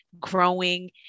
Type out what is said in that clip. growing